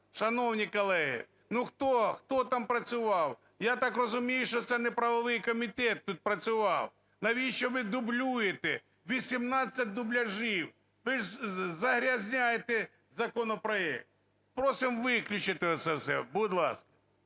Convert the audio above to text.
шановні колеги. Ну, хто, хто там працював? Я так розумію, що це не правовий комітет тут працював. Навіщо ви дублюєте? 18 дубляжів. Ви ж загрязняєте законопроект. Просимо виключити оце все. Будь ласка.